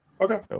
Okay